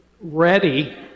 ready